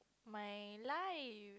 my life